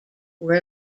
were